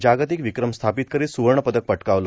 जागतिक विक्रम स्थापित करीत स्वर्ण पदक पटकावला